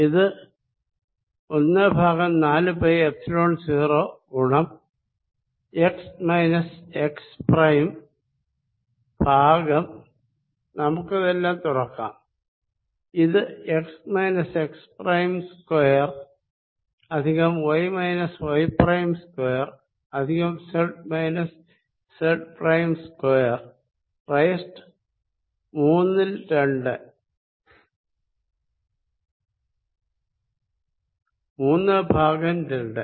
ഇത് ഒന്ന് ഭാഗം നാലു പൈ എപ്സിലോൺ 0 ഗുണം എക്സ് മൈനസ്എക്സ് പ്രൈം ഭാഗം നമുക്കിതെല്ലാം തുറക്കാം ഇത് x minus x prime square plus y minus y prime square plus z minus z prime square raised മൂന്ന് ഭാഗം രണ്ട്